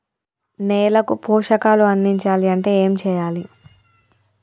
నేలకు పోషకాలు అందించాలి అంటే ఏం చెయ్యాలి?